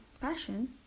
passion